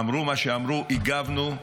אמרו מה שאמרו, הגבנו,